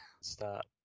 start